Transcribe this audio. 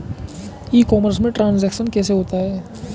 ई commerce में transaction कैसे होता है?